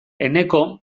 eneko